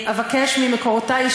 אני אבקש ממקורותי,